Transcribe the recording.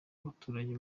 baturage